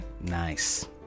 Nice